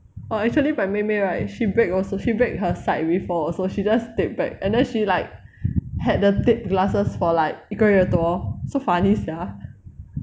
oh actually my 妹妹 right she break also she break her side before also she just tape back and then she like had the tape glasses for like 一个月多 so funny sia